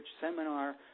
seminar